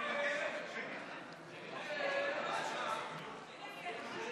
את הצעת חוק הפקדות וזכויות סוציאליות לעצמאים (תיקוני חקיקה),